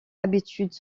habitudes